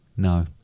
No